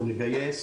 אנחנו נגייס